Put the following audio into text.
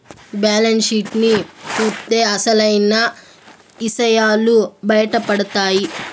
balance sheet ని చూత్తే అసలైన ఇసయాలు బయటపడతాయి